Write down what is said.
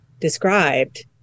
described